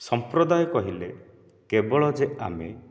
ସମ୍ପ୍ରଦାୟ କହିଲେ କେବଳ ଯେ ଆମେ